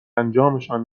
انجامشان